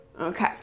okay